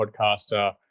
podcaster